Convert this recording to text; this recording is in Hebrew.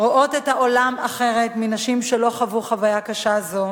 רואות את העולם אחרת מנשים שלא חוו חוויה קשה זו.